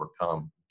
overcome